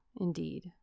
indeed